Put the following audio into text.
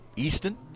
Easton